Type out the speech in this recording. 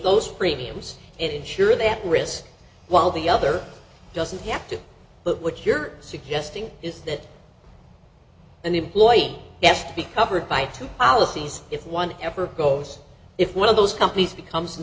those premiums and ensure that risk while the other doesn't have to but what you're suggesting is that an employee best be covered by two alice sees if one ever goes if one of those companies become